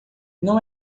não